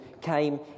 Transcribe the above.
came